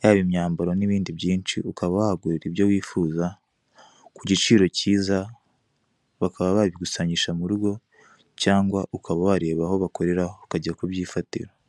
yaba imyambaro n'ibindi byinshi ukaba wahagurira ibyo wifuza ku giciro kiza bakaba babigusangisha mu rugo cyangwa ukaba wareba aho bakorera ukajya kubyifatira.